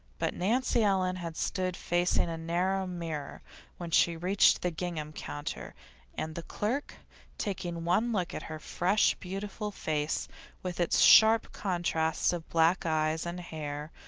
but nancy ellen had stood facing a narrow mirror when she reached the gingham counter and the clerk, taking one look at her fresh, beautiful face with its sharp contrasts of black eyes and hair,